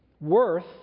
worth